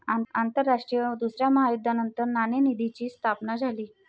आंतरराष्ट्रीय दुसऱ्या महायुद्धानंतर नाणेनिधीची स्थापना झाली